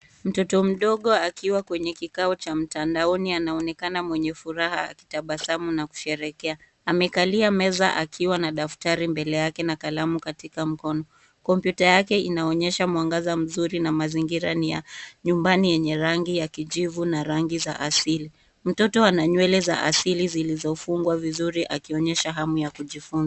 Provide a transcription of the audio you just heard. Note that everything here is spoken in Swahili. Mtoto mdogo akiwa kwenye kikao cha mtandaoni anaonekana mwenye furaha akitabasamu na kusherekea. Amekalia meza akiwa na daftari mbele yake na kalamu katika mkono. Komppyuta yake inaonyesha mwangaza mzuri na mazingira ni ya nyumbani yenye rangi ya kijivu na rangi za asili. Mtoto ana nywele za asili zilizofugwa vizuri akionyesha hamu ya kujifuza.